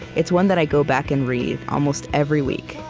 it's one that i go back and read almost every week.